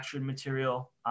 material